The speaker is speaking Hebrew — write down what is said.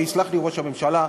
ויסלח לי ראש הממשלה,